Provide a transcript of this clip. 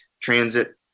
transit